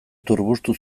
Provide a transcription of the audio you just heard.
turbustu